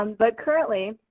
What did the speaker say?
um but currently,